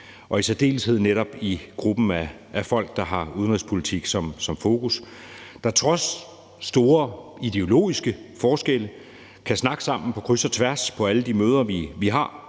I særdeleshed netop gruppen af folk, der har udenrigspolitik som fokus, og som trods store ideologiske forskelle kan snakke sammen på kryds og tværs på alle de møder, vi har,